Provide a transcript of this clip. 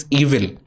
evil